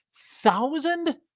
thousand